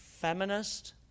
feminist